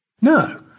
No